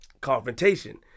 confrontation